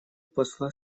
посла